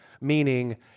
Meaning